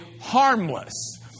harmless